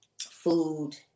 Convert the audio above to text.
food